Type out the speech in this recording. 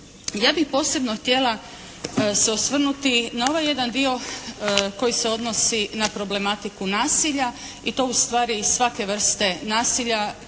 Ja bih posebno htjela se osvrnuti na ovaj jedan dio koji se odnosi na problematiku nasilja i to ustvari svake vrste nasilja